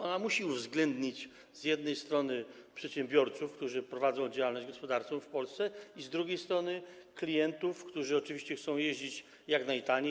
Ona musi uwzględnić z jednej strony przedsiębiorców, którzy prowadzą działalność gospodarczą w Polsce, i z drugiej strony - klientów, którzy oczywiście chcą jeździć jak najtaniej.